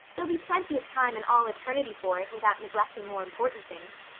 there'll be plenty of time in all eternity for it without neglecting more important things.